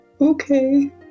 Okay